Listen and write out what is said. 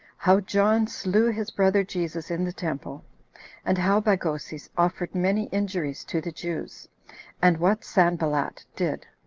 how john slew his brother jesus in the temple and how bagoses offered many injuries to the jews and what sanballat did.